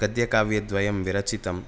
गद्यकाव्यद्वयं विरचितम्